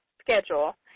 schedule